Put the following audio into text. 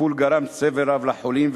הטיפול גרם סבל רב לחולים,